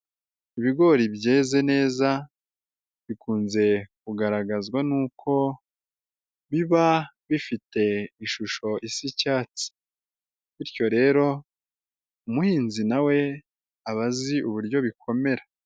Ibigori byeze neza bikunze kugaragazwa nuko biba bifite ishusho isa icyatsi bityo rero umuhinzi na we aba azi uburyo bikomera.